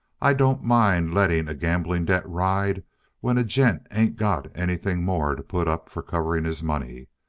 i don't mind letting a gambling debt ride when a gent ain't got anything more to put up for covering his money.